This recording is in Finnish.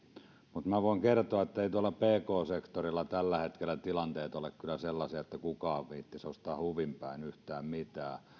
minä voin kertoa etteivät tuolla pk sektorilla tällä hetkellä tilanteet ole kyllä sellaisia että kukaan viitsisi ostaa huvin päin yhtään mitään